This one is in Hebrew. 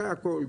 אחרי הכל,